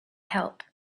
help